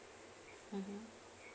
mmhmm